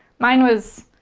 mine was.